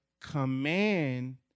command